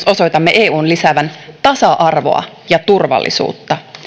osoitamme eun lisäävän tasa arvoa ja turvallisuutta